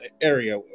area